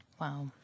Wow